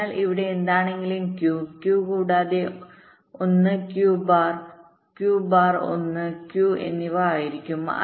അതിനാൽ ഇവിടെ എന്താണെങ്കിലും Q Q കൂടാതെ 1 Q bar Q bar 1 Q എന്നിവ ആയിരിക്കും